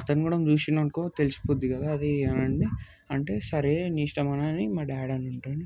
అతను కూడా చూసిండనుకో తెలిసిపోద్ది కదా అది అని అంటే సరే నీ ఇష్టం అనని మా డాడీ అనుంటాడు